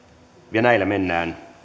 ja näillä mennään